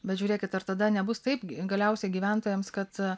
bet žiūrėkit ar tada nebus taip galiausiai gyventojams kad